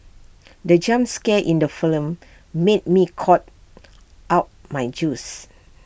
the jump scare in the film made me cough out my juice